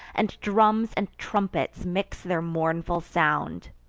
and drums and trumpets mix their mournful sound.